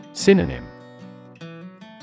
Synonym